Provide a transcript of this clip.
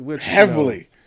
Heavily